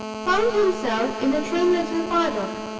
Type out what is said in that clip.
found himself in a trim little paddock,